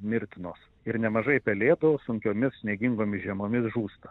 mirtinos ir nemažai pelėdų sunkiomis sniegingomis žiemomis žūsta